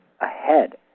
ahead